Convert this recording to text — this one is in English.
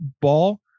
ball